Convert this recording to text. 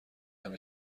همه